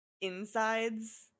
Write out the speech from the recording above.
insides